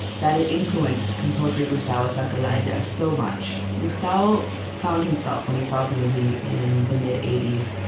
that it influenced composer gustavo santaolalla so much. gustavo found himself, when he saw the movie in the mid eighty s,